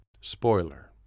Spoiler